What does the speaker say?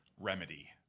remedy